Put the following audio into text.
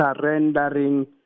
surrendering